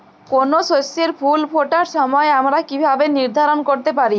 কোনো শস্যের ফুল ফোটার সময় আমরা কীভাবে নির্ধারন করতে পারি?